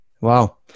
Wow